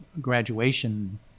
graduation